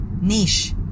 Niche